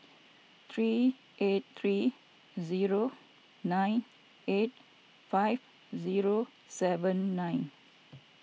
three eight three zero nine eight five zero seven nine